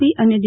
પી અને ડી